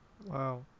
Wow